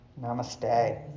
namaste